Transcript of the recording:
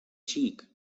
cheek